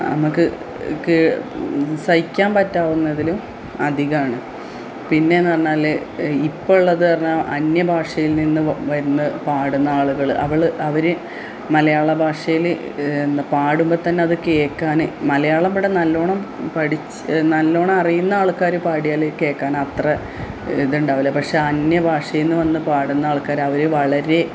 നമുക്ക് കേ സഹിക്കാൻ പറ്റാവുന്നതിലും അധികമാണ് പിന്നെയെന്നു പറഞ്ഞാൽ ഇപ്പോളേതെന്നു പറഞ്ഞാൽ അന്യഭാഷയിൽ നിന്നും വരുന്ന പാടുന്ന ആളുകൾ അവൾ അവർ മലയാള ഭാഷയിൽ എന്താ പാടുമ്പം തന്നത് കേൾക്കാൻ മലയാളം ഇവിടെ നല്ലവണ്ണം പഠിച്ച് നല്ലവണ്ണം അറിയുന്നാൾക്കാർ പാടിയാൽ കേൾക്കാനത്ര ഇതുണ്ടാകില്ല പക്ഷേ അന്യ ഭാഷയെന്നു വന്നു പാടുന്ന ആൾക്കാർ അവർ വളരെ